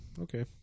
Okay